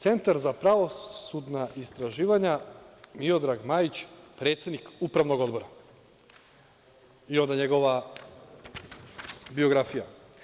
Centar za pravosudna istraživanja Miodrag Majić – predsednik Upravnog odbora i onda njegova biografija.